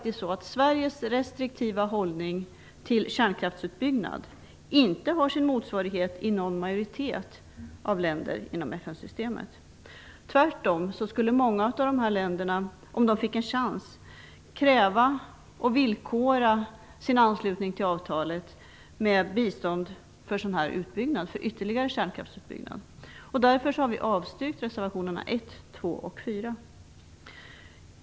Sveriges restriktiva hållning till kärnkraftsutbyggnad har inte sin motsvarighet i en majoritet av länderna inom FN-systemet. Det är tvärtom så att många av dessa länder - om de fick en chans - skulle kräva och villkora sin anslutning till avtalet med bistånd för utbyggnad av ytterligare kärnkraft. Därför har vi avstyrkt reservationerna 1, 2 och 4.